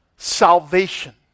Salvation